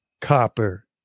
copper